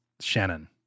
Shannon